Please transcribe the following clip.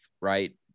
right